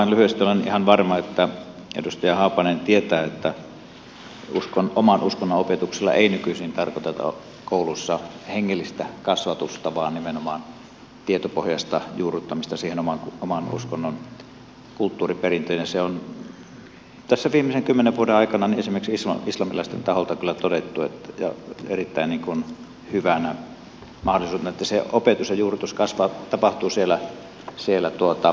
olen ihan varma että edustaja haapanen tietää että oman uskonnon opetuksella ei nykyisin tarkoiteta koulussa hengellistä kasvatusta vaan nimenomaan tietopohjaista juurruttamista siihen oman uskonnon kulttuuriperintöön ja se on tässä viimeisen kymmenen vuoden aikana esimerkiksi islamilaisten taholta kyllä todettu erittäin hyvänä mahdollisuutena että se opetus ja juurrutus tapahtuu siellä kouluyhteisössä